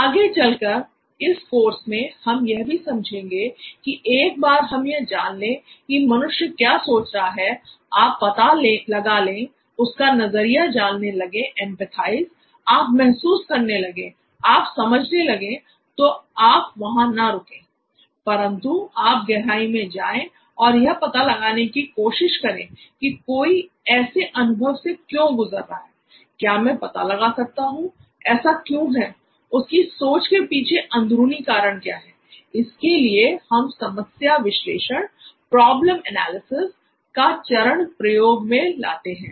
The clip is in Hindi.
आगे चलकर इस कोर्स में हम यह भी समझेंगे कि एक बार हम यह जान ले कि मनुष्य क्या सोच रहा है आप पता लगा ले उसका नजरिया जानने लगे का चरण प्रयोग में लाते हैं